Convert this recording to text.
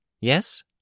Yes